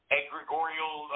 egregorial